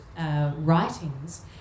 writings